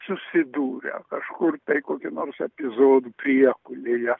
susidūrę kažkur tai kokių nors epizodų priekulėje